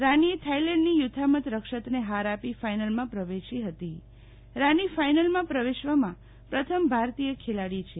રાનીએ થાઈલેન્ડની ચુથામેત રક્ષતને ફાર આપી ફાઈનલમાં પ્રવેશી ફતી રાની ફાઈનલમાં પ્રવેશવામાં પ્રથમ ભારતીય ખેલાડી છે